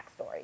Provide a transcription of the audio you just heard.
backstory